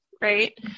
Right